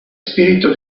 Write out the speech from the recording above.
spirito